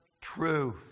truth